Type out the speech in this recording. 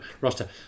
roster